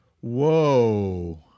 Whoa